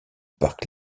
parc